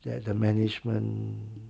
that the management